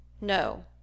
No